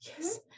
yes